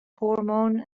hormone